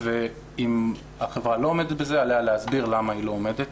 אם החברה לא עומדת בזה עליה להסביר למה היא לא עומדת.